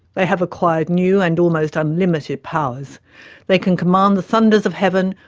they have acquired new and almost unlimited powers they can command the thunders of heaven,